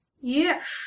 Yes